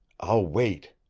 i'll wait.